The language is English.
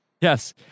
Yes